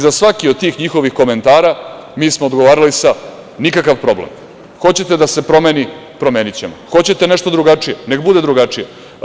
Za svaki od tih njihovih komentara mi smo odgovarali sa – nikakav problem, hoćete da se promeni, promenićemo, hoćete nešto drugačije, neka bude drugačije.